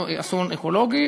אסון אקולוגי,